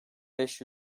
beş